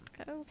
Okay